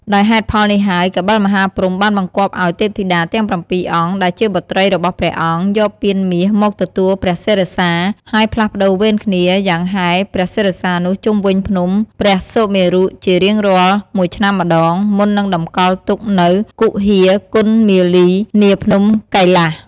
ដោយហេតុផលនេះហើយ កបិលមហាព្រហ្មបានបង្គាប់ឲ្យ ទេពធីតាទាំងប្រាំពីរអង្គ ដែលជាបុត្រីរបស់ព្រះអង្គ យកពានមាសមកទទួលព្រះសិរសា ហើយផ្លាស់ប្ដូរវេនគ្នាយាងហែព្រះសិរសានោះជុំវិញភ្នំព្រះសុមេរុជារៀងរាល់ ១ ឆ្នាំម្ដង មុននឹងតម្កល់ទុកនៅគុហាគន្ធមាលី នាភ្នំកៃលាស។